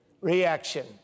Reaction